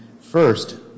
First